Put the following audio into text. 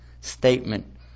statement